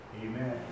Amen